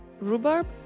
Rhubarb